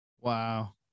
Wow